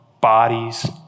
bodies